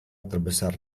terbesar